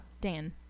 dan